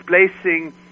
displacing